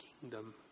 kingdom